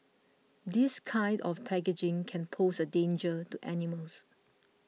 this kind of packaging can pose a danger to animals